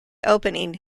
opening